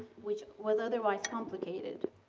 which was otherwise complicated.